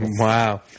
wow